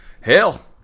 hell